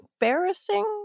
embarrassing